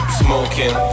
smoking